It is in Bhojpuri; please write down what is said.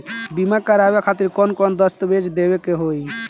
बीमा करवाए खातिर कौन कौन दस्तावेज़ देवे के होई?